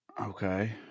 Okay